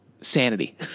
sanity